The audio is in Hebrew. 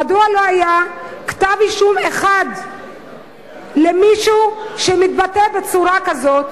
מדוע לא היה כתב-אישום אחד למישהו שמתבטא בצורה כזאת?